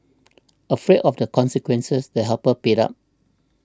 afraid of the consequences the helper paid up